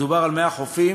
מדובר על 100 חופים.